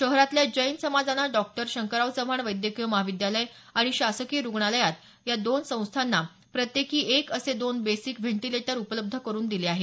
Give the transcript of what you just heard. शहरातल्या जैन समाजानं डॉक्टर शंकरराव चव्हाण वैद्यकीय महाविद्यालय आणि शासकीय रुग्णालय या दोन्ही संस्थांना प्रत्येकी एक असे दोन बेसिक व्हेंटिलेटर उपलब्ध करून दिले आहेत